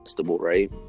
right